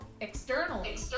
externally